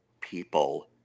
people